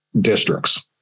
districts